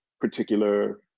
particular